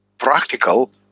Practical